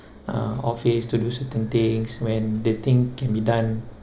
uh office to do certain things when the thing can be done